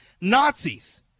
Nazis